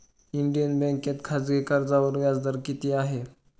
Indian बँकेत खाजगी कर्जावरील व्याजदर किती आहे?